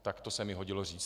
Tak to se mi hodilo říct.